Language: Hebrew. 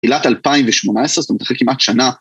עילת 2018 זאת אומרת אחרי כמעט שנה.